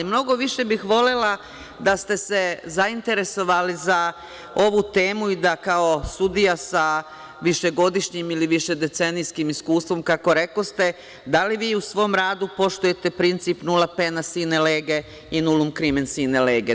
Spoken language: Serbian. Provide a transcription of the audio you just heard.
Mnogo više bih volela da ste se zainteresovali za ovu temu i da kao sudija sa višegodišnjim ili višedecenijskim iskustvom, kako rekoste, da li vi u svom radu poštujete princip „nula pene sine lege“ i „nulum krimen sine lege“